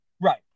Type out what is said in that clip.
Right